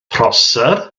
prosser